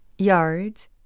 Yards